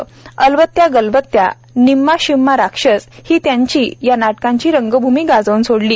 अलबत्या गलबत्या निम्मा शिम्मा राक्षस ही त्यांची या नाटकांनी रंगभूमी गाजवून सोडली